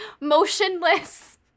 motionless